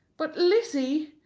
but lizzy!